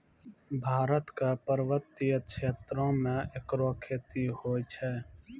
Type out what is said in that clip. भारत क पर्वतीय क्षेत्रो म एकरो खेती होय छै